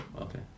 okay